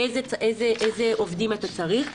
איזה עובדים הם צריכים,